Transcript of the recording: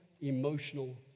emotional